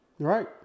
Right